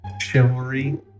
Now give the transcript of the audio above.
Chivalry